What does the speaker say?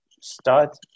start